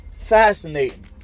fascinating